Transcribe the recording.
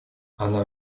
она